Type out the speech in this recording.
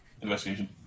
investigation